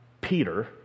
Peter